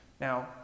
Now